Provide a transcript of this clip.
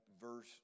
verse